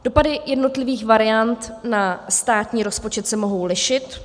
Dopady jednotlivých variant na státní rozpočet se mohou lišit.